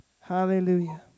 Hallelujah